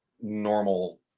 normal